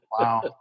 Wow